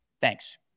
Thanks